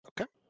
Okay